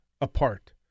apart